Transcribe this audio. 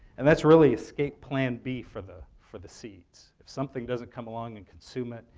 and that's really escape plan b for the for the seeds. if something doesn't come along and consume it,